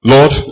Lord